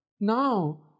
Now